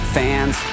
fans